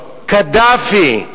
קדאפי,